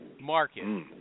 market